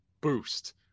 boost